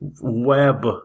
web